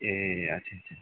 ए अच्छा अच्छा